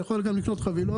אתה גם יכול לקנות חבילות